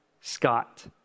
Scott